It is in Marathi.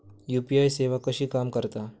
यू.पी.आय सेवा कशी काम करता?